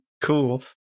Cool